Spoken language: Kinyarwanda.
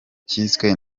cyiswe